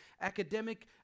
academic